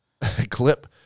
clip